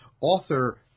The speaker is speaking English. author